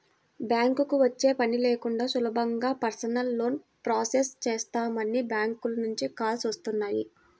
బ్యాంకుకి వచ్చే పని లేకుండా సులభంగా పర్సనల్ లోన్ ప్రాసెస్ చేస్తామని బ్యాంకుల నుంచి కాల్స్ వస్తున్నాయి